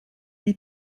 lui